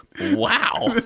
Wow